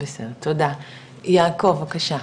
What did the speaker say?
יעל: בסדר, תודה, יעקב בבקשה.